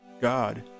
God